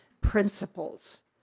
principles